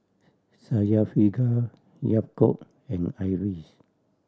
Syafiqah Yaakob and Idris